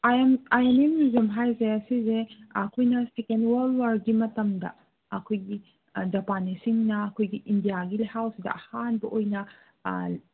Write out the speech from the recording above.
I N A museum ꯍꯥꯏꯁꯦ ꯁꯤꯁꯦ ꯑꯩꯈꯣꯏꯅ ꯁꯦꯀꯦꯟ ꯋꯥꯔꯜ ꯋꯥꯔꯒꯤ ꯃꯇꯝꯗ ꯑꯩꯈꯣꯏꯒꯤ ꯖꯄꯥꯅꯤꯁꯁꯤꯡꯅ ꯑꯩꯈꯣꯏꯒꯤ ꯏꯟꯗꯤꯌꯥꯒꯤ ꯂꯩꯍꯥꯎꯁꯤꯗ ꯑꯍꯥꯟꯕ ꯑꯣꯏꯅ